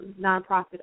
nonprofit